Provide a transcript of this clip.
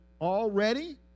already